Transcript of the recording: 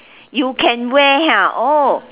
you can wear ha oh